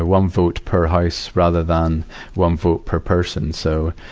ah one vote per house rather than one vote per person. so,